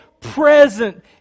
present